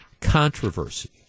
controversy